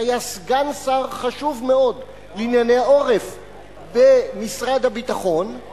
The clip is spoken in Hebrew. שהיה סגן שר חשוב מאוד לענייני העורף במשרד הביטחון לא